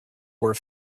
were